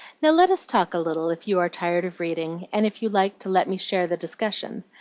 now let us talk a little, if you are tired of reading, and if you like to let me share the discussion.